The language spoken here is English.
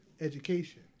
education